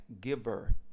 giver